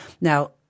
now